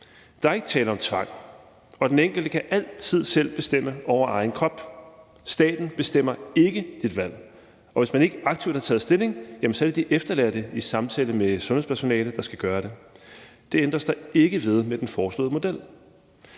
Der er ikke tale om tvang, og den enkelte kan altid selv bestemme over egen krop. Staten bestemmer ikke dit valg, og hvis man ikke aktivt har taget stilling, er det de efterladte, der i samtale med sundhedspersonalet skal gøre det. Det ændres der ikke ved med den foreslåede model.